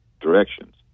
directions